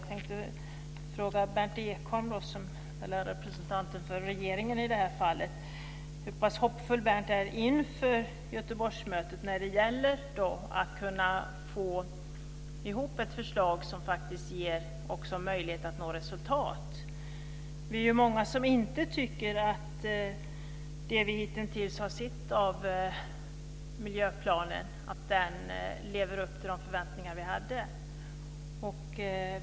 Jag tänkte fråga Berndt Ekholm som representerar regeringspartiet i det här fallet hur pass hoppfull han är inför Göteborgsmötet när det gäller att kunna få ihop ett förslag som faktiskt ger möjlighet att nå resultat. Vi är många som inte tycker att man i det vi hitintills har sett av miljöplanen lever upp till de förväntningar vi hade.